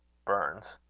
burns.